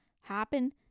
happen